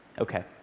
Okay